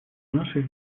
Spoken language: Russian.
наших